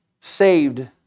saved